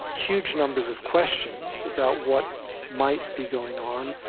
huge numbers of questions about what might be going on.